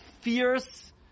fierce